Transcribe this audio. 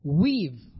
weave